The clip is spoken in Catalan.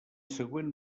següent